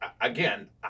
Again